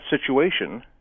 situation